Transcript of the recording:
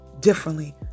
differently